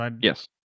yes